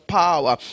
power